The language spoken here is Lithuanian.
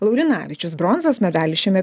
laurinavičius bronzos medalį šiame